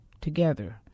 together